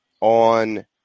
on